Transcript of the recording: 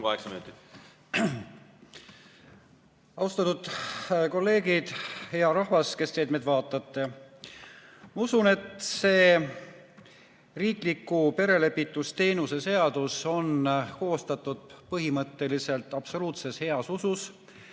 Austatud kolleegid! Hea rahvas, kes te meid vaatate! Ma usun, et see riikliku perelepitusteenuse seadus on koostatud põhimõtteliselt absoluutses heas usus